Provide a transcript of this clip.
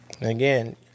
Again